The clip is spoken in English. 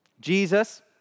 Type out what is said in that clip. Jesus